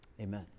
amen